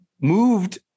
moved